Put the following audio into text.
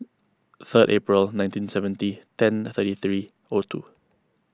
third April one nineteen seventy ten thirty three O two